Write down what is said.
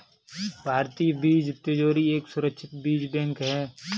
भारतीय बीज तिजोरी एक सुरक्षित बीज बैंक है